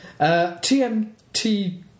TMT